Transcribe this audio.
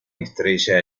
estrella